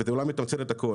וזה אולי מתמצת את הכל,